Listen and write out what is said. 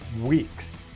weeks